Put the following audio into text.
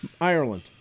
Ireland